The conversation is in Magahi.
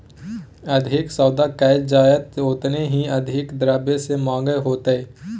अधिक सौदा कइल जयतय ओतना ही अधिक द्रव्य के माँग होतय